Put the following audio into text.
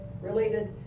related